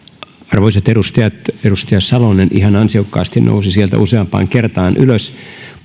arvoisat edustajat edustaja salonen ihan ansiokkaasti nousi sieltä useampaan kertaan ylös